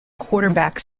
quarterback